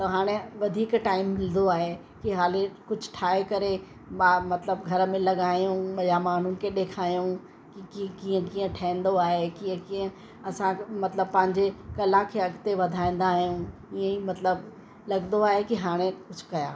त हाणे वधीक टाइम मिलंदो आहे की हाली कुझु ठाहे करे मां मतिलबु घर में लॻायूं या माण्हुनि खे ॾेखायूं की की कीअं कीअं ठहंदो आहे कीअं कीअं असांखे मतिलबु पंहिंजे कला खे अॻिते वधाईंदा आहियूं ईंअ ई मतिलबु लॻंदो आहे की हाणे कुझु कयां